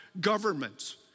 governments